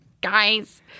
guys